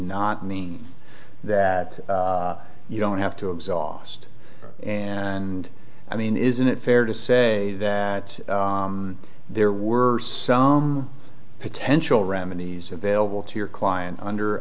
not mean that you don't have to exhaust and i mean isn't it fair to say that there were potential remedies available to your client under